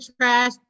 trash